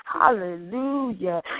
Hallelujah